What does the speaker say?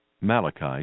Malachi